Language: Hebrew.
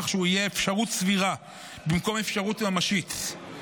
כך שהוא יהיה "אפשרות סבירה" במקום "אפשרות ממשית",